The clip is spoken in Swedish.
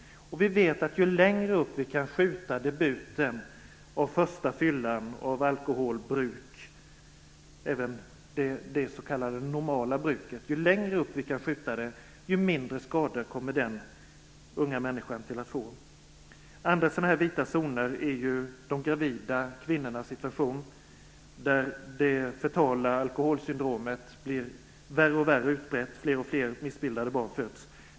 Vi vet att ju längre vi kan skjuta fram debuten, den första fyllan, av alkoholbruk, även det s.k. normala bruket, desto mindre skador kommer den unga människan att få. Andra vita zoner är de gravida kvinnorna. Det fetala alkoholsyndromet blir alltmer utbrett, alltfler missbildade barn föds.